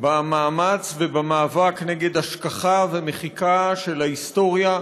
במאמץ ובמאבק נגד השכחה ומחיקה של ההיסטוריה,